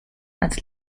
als